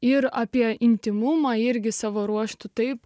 ir apie intymumą irgi savo ruožtu taip